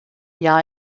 jahr